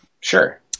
Sure